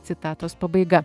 citatos pabaiga